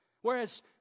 Whereas